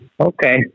Okay